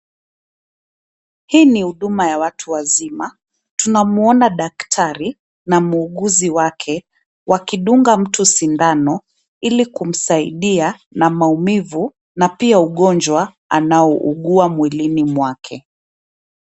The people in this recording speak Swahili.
Hii ni huduma ya watu wazima, tunamuona daktari na muuguzi wake, wakidunga mtu sindano ili kumsaidia na maumivu, na pia ugonjwa anaougua mwilini mwake.